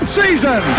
season